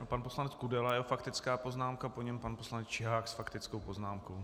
Pan poslanec Kudela a jeho faktická poznámka, po něm pan poslanec Čihák s faktickou poznámkou.